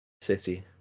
City